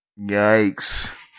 Yikes